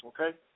okay